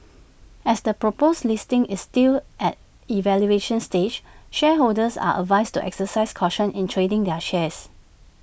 as the proposed listing is still at evaluation stage shareholders are advised to exercise caution in trading their shares